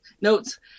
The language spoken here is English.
Notes